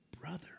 brother